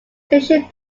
station